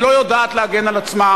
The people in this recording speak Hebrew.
והיא לא יודעת להגן על עצמה,